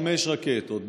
חמש רקטות,